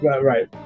Right